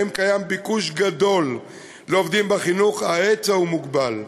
שבהם קיים ביקוש גדול לעובדים בחינוך וההיצע מוגבל.